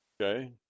okay